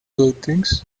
buildings